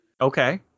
Okay